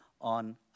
on